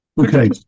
Okay